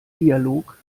dialog